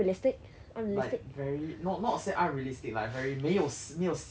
like very no not say unrealistic like very 没有没有效力 you know